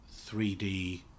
3D